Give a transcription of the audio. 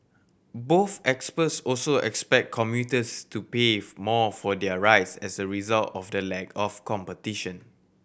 both experts also expect commuters to pay more for their rides as a result of the lack of competition